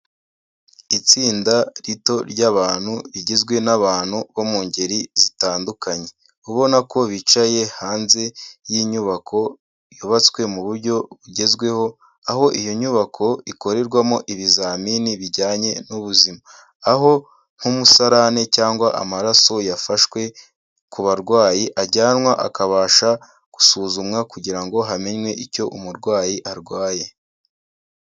Itsinda rito ry'abantu rigizwe n'abantu bo mu ngeri zitandukanye. Ubona ko bicaye hanze y'inyubako yubatswe mu buryo bugezweho aho iyo nyubako ikorerwamo ibizamini bijyanye n'ubuzima, aho nk'umusarane cyangwa amaraso yafashwe ku barwayi ajyanwa akabasha gusuzumwa kugira ngo hamenywe icyo umurwayi arwaye.